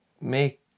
make